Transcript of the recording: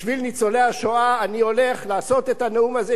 בשביל ניצולי השואה אני הולך לעשות את הנאום הזה,